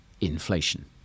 inflation